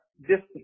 distance